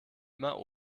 immer